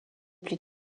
plus